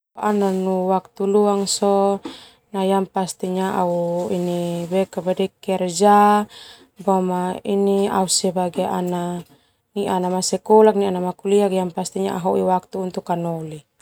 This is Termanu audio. Waktu luang sona au kerja au sebagai ana sekolah kuliah au hoi waktu untuk au anoli.